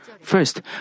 First